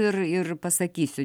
ir ir pasakysiu